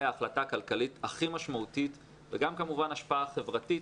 ההחלטה הכלכלית הכי משמעותית וגם כמובן השפעה חברתית,